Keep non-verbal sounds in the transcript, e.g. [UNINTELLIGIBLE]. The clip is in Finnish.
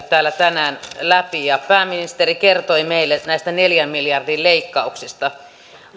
[UNINTELLIGIBLE] täällä tänään läpi ja pääministeri kertoi meille näistä neljän miljardin leikkauksista että